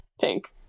pink